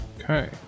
Okay